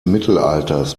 mittelalters